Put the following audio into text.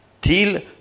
Till